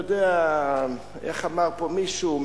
איך אמר פה מישהו?